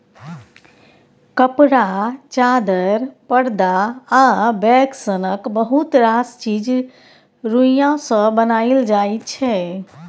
कपड़ा, चादर, परदा आ बैग सनक बहुत रास चीज रुइया सँ बनाएल जाइ छै